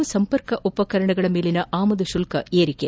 ಕೆಲ ಸಂಪರ್ಕ ಉಪಕರಣಗಳ ಮೇಲಿನ ಆಮದು ಶುಲ್ತ ಏರಿಕೆ